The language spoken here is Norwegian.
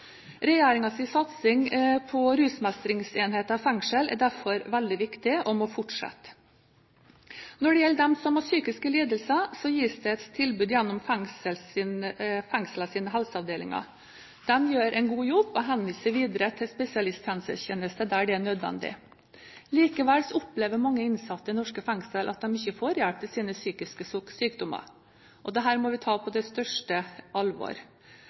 satsing på rusmestringsenheter i fengsel er derfor veldig viktig og må fortsette. Når det gjelder dem som har psykiske lidelser, gis det et tilbud gjennom fengslenes helseavdelinger. De gjør en god jobb og henviser videre til spesialisthelsetjenesten der det er nødvendig. Likevel opplever mange innsatte i norske fengsel at de ikke får hjelp til sine psykiske sykdommer, og det må vi ta på det største alvor.